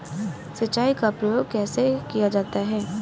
सिंचाई का प्रयोग कैसे किया जाता है?